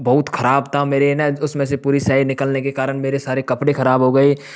बहुत ख़राब था मेरी है ना उस में से पूरी स्याही निकलने के कारण मेरे सारे कपड़े ख़राब हो गए